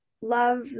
love